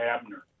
Abner